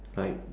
like